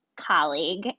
colleague